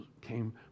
came